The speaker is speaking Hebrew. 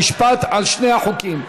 חוק ומשפט על שני החוקים.